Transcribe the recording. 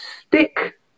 stick